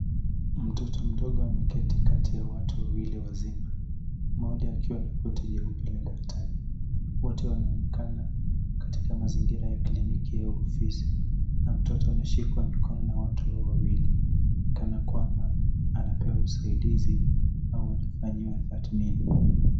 Mtoto mdogo ameketi kati ya watu wawili wazima mmoja akiwa na koti leupe la daktari. Wote wanaonekana katika mazingira ya kliniki au ofisi na mtoto anashikwa mikono na watu hawa wawili kana kwamba anapewa usaidizi au anafanyiwa tathmini.